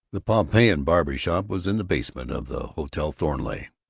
the pompeian barber shop was in the basement of the hotel thornleigh,